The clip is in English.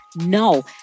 No